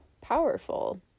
powerful